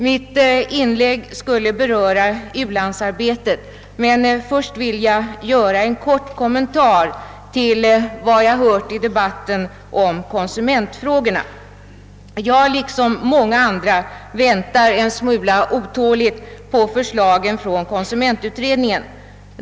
Mitt inlägg skulle beröra u-landsarbetet, men först vill jag göra en kort kommentar till vad jag hört i debatten om konsumentfrågorna. Jag liksom många andra väntar en smula otåligt på förslagen från konsumentutredningen.